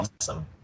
awesome